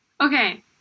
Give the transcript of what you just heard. Okay